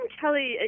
Kelly